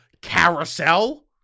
carousel